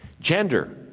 Gender